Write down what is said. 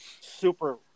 super